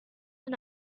and